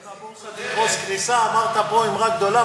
הבורסה תקרוס קריסה, אמרת פה אמירה גדולה.